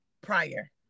prior